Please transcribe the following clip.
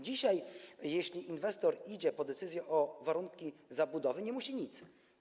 Dzisiaj, jeśli inwestor idzie po decyzję dotyczącą warunków zabudowy, nie musi nic.